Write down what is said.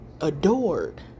adored